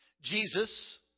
Jesus